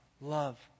love